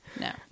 No